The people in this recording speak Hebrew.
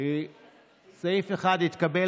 אורית סטרוק,